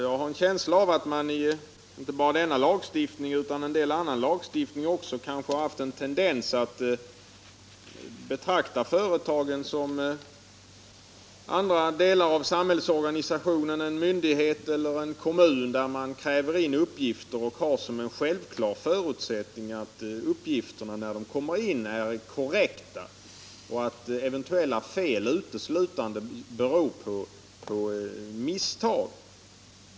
Jag har en känsla av att man inte bara i denna lagstiftning utan också i en del annan lagstiftning haft en tendens att betrakta företagen som en annan del av samhällsorganisationen än en myndighet eller en kommun av vilken man kräver uppgifter och har som självklar förutsättning att uppgifterna, när de kommer in, är korrekta och att eventuella fel uteslutande beror på misstag.